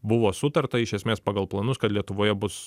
buvo sutarta iš esmės pagal planus kad lietuvoje bus